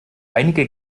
einige